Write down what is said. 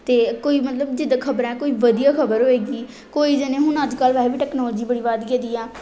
ਅਤੇ ਕੋਈ ਮਤਲਬ ਜਿੱਦਾਂ ਖਬਰਾਂ ਕੋਈ ਵਧੀਆ ਖਬਰ ਹੋਏਗੀ ਕਈ ਜਾਣੇ ਹੁਣ ਅੱਜਕੱਲ੍ਹ ਵੈਸੇ ਵੀ ਟੈਕਨੋਲੋਜੀ ਬੜੀ ਵੱਧ ਗਈ ਆ